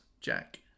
Jack